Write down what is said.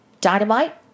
Dynamite